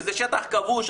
כי זה שטח כבוש,